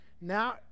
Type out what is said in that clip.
now